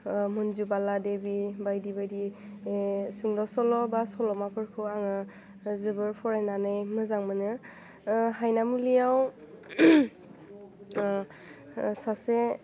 मन्जु बाला देबि बायदि बायदि सुंद' सल' बा सल'माफोरखौ आङो जोबोर फरायनानै मोजां मोनो हायनामुलियाव सासे